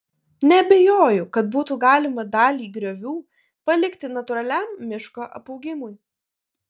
neabejoju kad būtų galima dalį griovių palikti natūraliam miško apaugimui